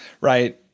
right